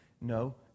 No